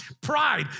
Pride